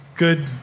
good